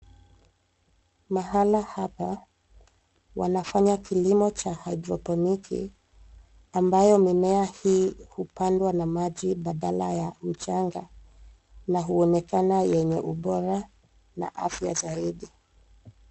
Mahala hapa wanafanya kilimo cha hydroponic ambayo mimea hii hupandwa na maji badala ya mchanga na huonekana yenye ubora na afya zaidi.